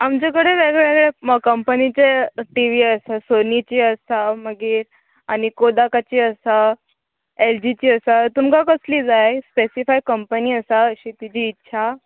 आमचे कडेन वेगवेगळे कंपनीचे टी वी आसा सोनीची आसा मागीर आनी कोदाकाची आसा एलजीची आसा तुमकां कसली जाय स्पेसिफाय कंपनी आसा अशी तिजी इच्छा